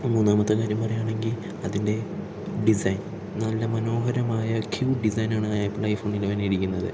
മൂന്നാമത്തെ കാര്യം പറയുകയാണെങ്കിൽ അതിൻ്റെ ഡിസൈൻ നല്ല മനോഹരമായ ക്യൂ ഡിസൈനാണ് ആപ്പിൾ ഐഫോൺ ഇലവനിൽ ഇരിക്കുന്നത്